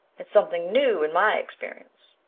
it's something new in my experience.